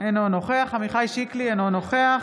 אינו נוכח עמיחי שיקלי, אינו נוכח